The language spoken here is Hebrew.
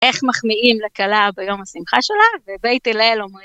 איך מחמיאים לכלה ביום השמחה שלה ובית הלל אומרים.